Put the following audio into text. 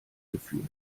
geführt